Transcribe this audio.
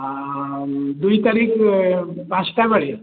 ହଁ ଦୁଇ ତାରିଖ ପାଞ୍ଚଟା ବେଳେ